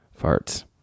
Farts